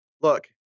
look